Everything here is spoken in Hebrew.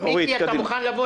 אתה יכול לבוא